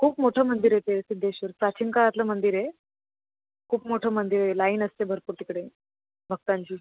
खूप मोठं मंदिर आहे ते सिद्धेश्वर प्राचीन काळातलं मंदिर आहे खूप मोठं मंदिर आहे लाईन असते भरपूर तिकडे भक्तांची